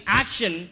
action